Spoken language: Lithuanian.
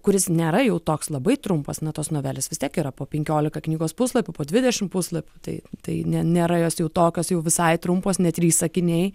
kuris nėra jau toks labai trumpas nuo tos novelės vis tiek yra po penkiolika knygos puslapių po dvidešimt puslapių tai tai ne nėra jos jau tokios jau visai trumpos ne trys sakiniai